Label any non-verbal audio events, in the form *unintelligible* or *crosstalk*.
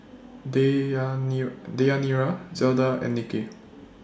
*unintelligible* Deyanira Zelda and Nicky